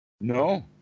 No